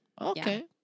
Okay